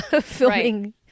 filming